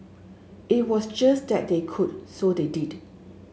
it was just that they could so they did